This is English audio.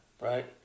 right